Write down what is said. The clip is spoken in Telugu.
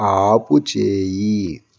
ఆపుచేయి